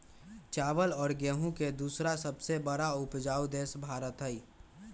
चावल और गेहूं के दूसरा सबसे बड़ा उपजाऊ देश भारत हई